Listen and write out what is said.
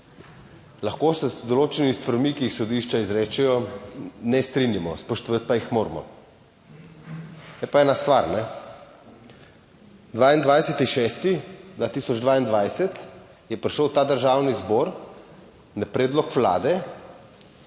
lahko se z določenimi stvarmi, ki jih sodišča izrečejo, ne strinjamo, spoštovati pa jih moramo. Je pa ena stvar, 22. 6. 2022 je prišel v ta Državni zbor na predlog Vlade.